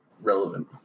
relevant